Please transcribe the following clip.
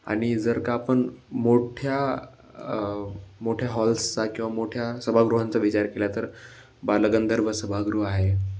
आणि जर का आपण मोठ्या मोठ्या हॉल्सचा किंवा मोठ्या सभागृहांचा विचार केला तर बालगंधर्व सभागृह आहे